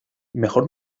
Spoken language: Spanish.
mejor